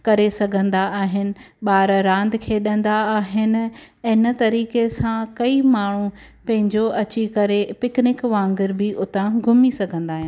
करे सघंदा आहिनि ॿार रांदि खेॾंदा आहिनि ऐं हिन तरीक़े सां कई माण्हू पंहिंजो अची करे पिकनिक वांगुर बि उतां घुमी सघंदा आहिनि